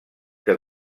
que